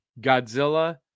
Godzilla